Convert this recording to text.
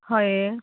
हय